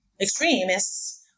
extremists